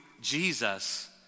Jesus